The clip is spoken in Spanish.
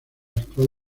actual